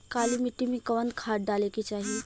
काली मिट्टी में कवन खाद डाले के चाही?